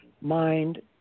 mind